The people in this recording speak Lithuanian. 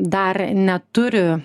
dar neturi